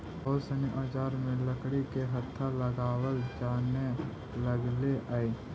बहुत सनी औजार में लकड़ी के हत्था लगावल जानए लगले हई